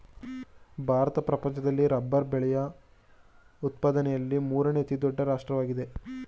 ಭಾರತ ಪ್ರಪಂಚದಲ್ಲಿ ರಬ್ಬರ್ ಬೆಳೆಯ ಉತ್ಪಾದನೆಯಲ್ಲಿ ಮೂರನೇ ಅತಿ ದೊಡ್ಡ ರಾಷ್ಟ್ರವಾಗಿದೆ